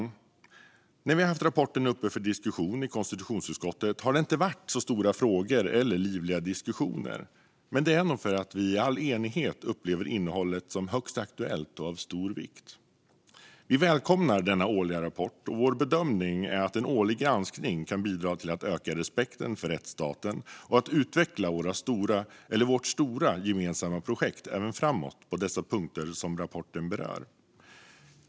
När konstitutionsutskottet har haft rapporten uppe för diskussion har det inte varit särskilt stora frågor eller livliga diskussioner. Men det beror nog på att vi i all enighet upplever att innehållet är högst aktuellt och av stor vikt. Vi välkomnar denna årliga rapport. Vår bedömning är att en årlig granskning kan bidra till att öka respekten för rättsstaten och även framåt utveckla vårt stora gemensamma projekt på de punkter som rapporten berör.